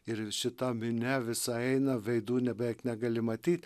ir šita minia visa eina veidų na beveik negali matyt